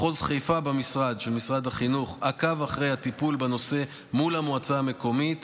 מחוז חיפה במשרד החינוך עקב אחרי הטיפול בנושא מול המועצה המקומית,